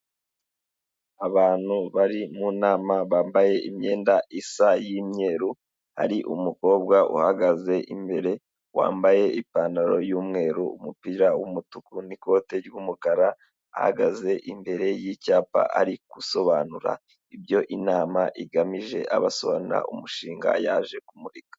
Abantu bari mu nama bambaye imyenda isa y'imyeru, hari umukobwa uhagaze imbere wambaye ipantaro y'umweru, umupira w'umutuku n'ikoti ry'umukara, ahagaze imbere y'icyapa, arigusobanura ibyo inama igamije, abasobanurira umushinga yaje kumurika.